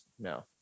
No